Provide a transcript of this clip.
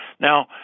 Now